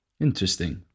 Interesting